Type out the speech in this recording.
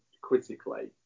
critically